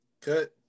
Good